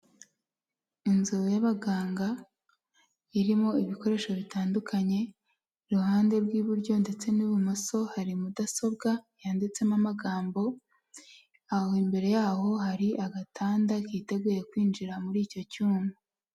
Inzu y'abaganga irimo ibikoresho bitandukanye iruhande rw'iburyo ndetse n'ibumoso hari mudasobwa yanditsemo amagambo aho imbere yaho hari agatanda kiteguye kwinjira muri icyo cyuma.